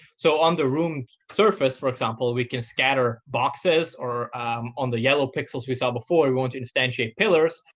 so on the room surface, for example, we can scatter boxes or on the yellow pixels we saw before we want to instantiate pillars.